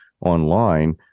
online